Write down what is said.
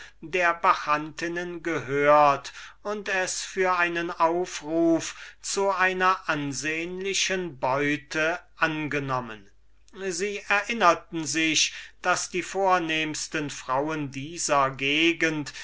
der bacchantinnen gehört und sogleich für einen aufruf zu einer ansehnlichen beute aufgenommen sie erinnerten sich daß die vornehmsten frauen dieser gegend